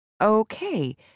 okay